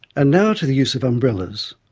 and now to the use of umbrellas,